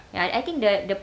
ya I think the the